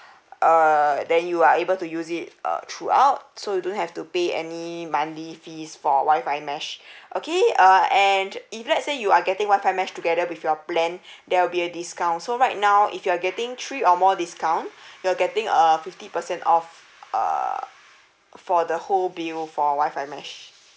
err then you are able to use it uh throughout so you don't have to pay any monthly fees for wi-fi mesh okay uh and if let's say you are getting wi-fi mesh together with your plan there will be a discount so right now if you're getting three or more discount you're getting a fifty percent off err for the whole bill for wi-fi mesh